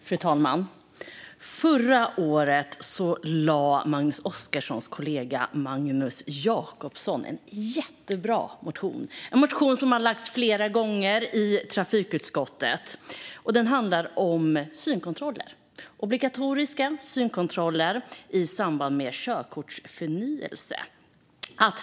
Fru talman! Förra året lade Magnus Oscarssons kollega Magnus Jacobsson fram en jättebra motion, en motion som lagts fram i trafikutskottet flera gånger. Den handlar om obligatoriska synkontroller i samband med körkortsförnyelse.